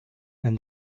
and